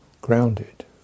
grounded